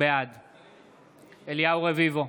בעד אליהו רביבו,